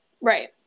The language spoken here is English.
Right